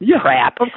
crap